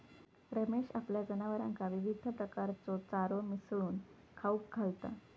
रमेश आपल्या जनावरांका विविध प्रकारचो चारो मिसळून खाऊक घालता